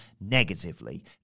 negatively